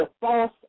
false